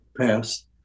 passed